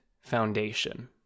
foundation